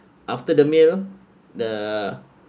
after the meal the